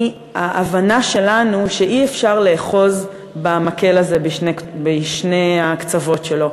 הוא ההבנה שלנו שאי-אפשר לאחוז במקל הזה בשני הקצוות שלו,